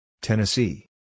Tennessee